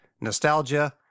nostalgia